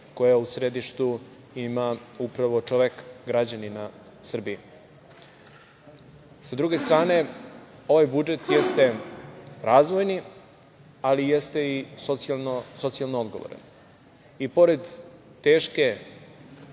koja u središtu ima upravo čoveka, građanina Srbije. Sa druge strane, ovaj budžet jeste razvojni, ali jeste i socijalno odgovoran. Pored teške